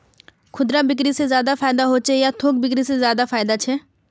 खुदरा बिक्री से ज्यादा फायदा होचे या थोक बिक्री से ज्यादा फायदा छे?